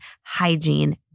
hygiene